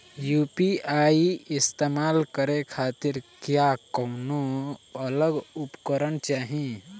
UPI इस्तेमाल करने खातिर क्या कौनो अलग उपकरण चाहीं?